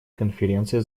конференции